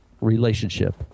relationship